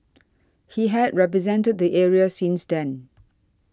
he had represented the area since then